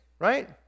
right